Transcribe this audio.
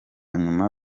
nyuma